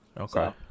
Okay